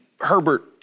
Herbert